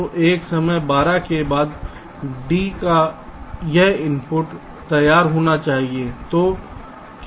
तो एक समय 12 के बाद D का यह इनपुट तैयार होना चाहिए